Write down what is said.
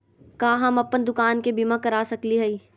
का हम अप्पन दुकान के बीमा करा सकली हई?